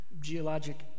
geologic